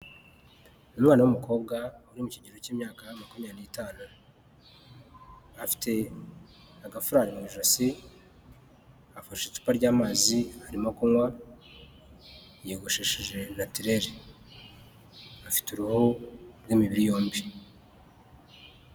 Umwana w'umukobwa uri mu kigero cy'imyaka makumyabiri n'itanu afite agafurari mu ijosi afashe icupa ry'amazi arimo kunywa yiyogoshesheje natirere afite uruhu rw'imibiri yombi.